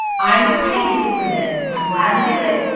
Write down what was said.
i will pay you for this. i'm glad to do it.